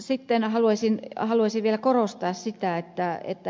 sitten haluaisin vielä korostaa sitä ed